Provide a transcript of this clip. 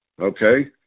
Okay